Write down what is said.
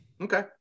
Okay